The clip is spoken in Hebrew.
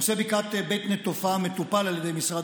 נושא בקעת בית נטופה מטופל על ידי משרד